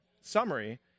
summary